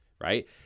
right